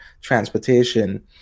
transportation